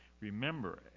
Remember